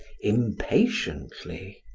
impatiently.